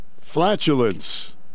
flatulence